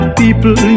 people